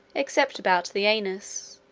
except about the anus,